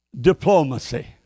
diplomacy